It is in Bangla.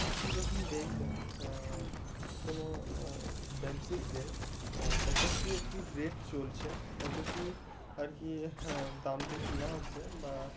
আপনি যখন দেখবেন কোনো ব্যবসায়িকদের কত কী আর কি রেট চলছে কত কী আর কি দাম দিয়ে কেনা হচ্ছে বা